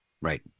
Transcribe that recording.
Right